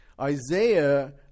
Isaiah